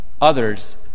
others